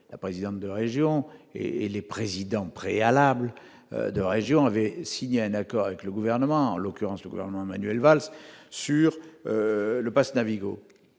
la présidente de la région et les présidents préalables de régions avaient signé un accord avec le gouvernement, en l'occurrence le gouvernement Manuel Valls sur le Pass Navigo